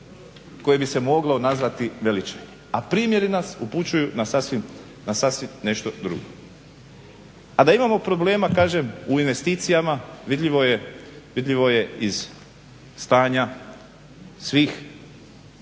koji bi se moglo nazvati veličanje. A primjeri nas upućuju na sasvim nešto drugo. A da imamo problema, kažem u investicijama vidljivo je iz stanja svih segmenata